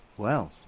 well.